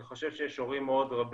אני חושב שיש הורים רבים